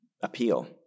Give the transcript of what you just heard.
appeal